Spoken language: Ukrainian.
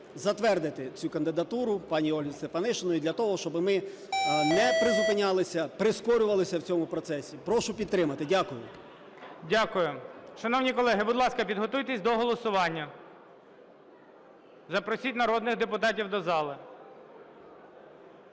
затвердити цю кандидатуру, пані Ольги Стефанішиної, для того, щоб ми не призупинялися, прискорювалися в цьому процесі. Прошу підтримати. Дякую. ГОЛОВУЮЧИЙ. Дякую. Шановні колеги, будь ласка, підготуйтесь до голосування. Запросіть народних депутатів до зали.